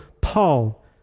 Paul